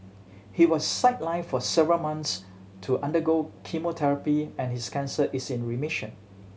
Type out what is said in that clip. he was sidelined for several months to undergo chemotherapy and his cancer is in remission